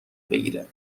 بگیره